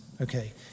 Okay